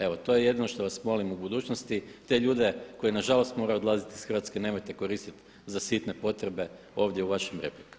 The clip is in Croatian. Evo to je jedino što vas molim u budućnosti, te ljude koji nažalost moraju odlaziti iz Hrvatske nemojte koristiti za sitne potrebe ovdje u vašim replikama.